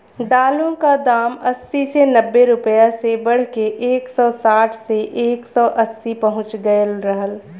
दालों क दाम अस्सी से नब्बे रुपया से बढ़के एक सौ साठ से एक सौ अस्सी पहुंच गयल रहल